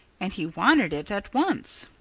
and he wanted it at once.